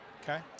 Okay